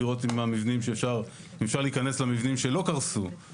לראות אם אפשר להיכנס למבנים שלא קרסו.